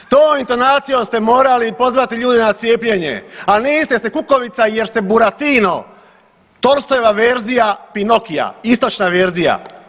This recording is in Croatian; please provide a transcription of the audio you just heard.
S tom intonacijom ste morali pozvati ljude na cijepljenje, ali niste jer ste kukavica, jer ste Buratino, Tolstojeva verzija Pinokija, istočna verzija.